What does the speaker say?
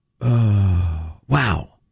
Wow